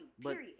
period